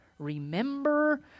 remember